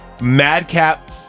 madcap